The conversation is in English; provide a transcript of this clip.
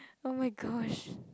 oh-my-gosh